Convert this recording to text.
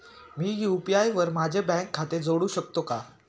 मी UPI वर माझे bank खाते जोडू शकतो का?